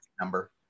number